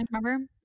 remember